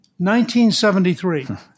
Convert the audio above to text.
1973